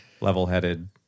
level-headed